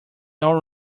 all